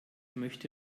möchte